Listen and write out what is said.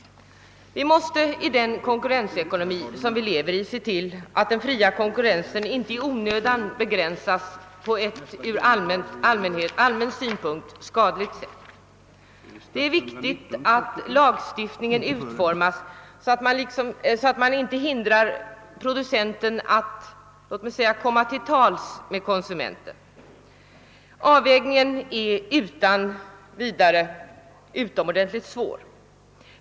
I den konkurrensekonomi vi har måste vi se till att den fria konkurrensen inte i onödan begränsas på ett ur allmän synpunkt skadligt sätt. Det är viktigt att lagstiftningen utformas så att producenten inte hindras från att så att säga komma till tals med konsumenten. Avvägningen är utomordentligt svår.